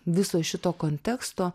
viso šito konteksto